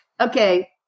Okay